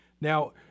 Now